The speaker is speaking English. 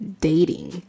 dating